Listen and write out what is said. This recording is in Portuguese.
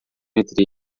entre